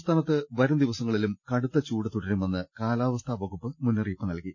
സംസ്ഥാനത്ത് വരും ദിവസങ്ങളിലും കടുത്ത ചൂട് തുടരു മെന്ന് കാലാവസ്ഥാ വകുപ്പ് മുന്നറിയിപ്പ് നൽകി